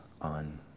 on